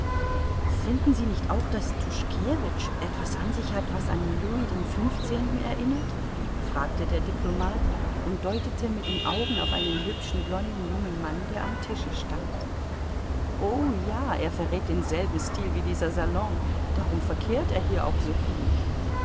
finden sie nicht auch daß tuschkewitsch etwas an sich hat was an louis xv erinnert fragte der diplomat und deutete mit den augen auf einen hübschen blonden jungen mann der am tische stand o ja er verrät denselben stil wie dieser salon darum verkehrt er hier auch so